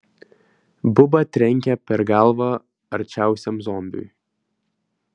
buba trenkė per galvą arčiausiam zombiui